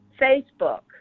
Facebook